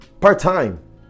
Part-time